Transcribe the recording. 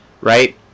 Right